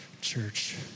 church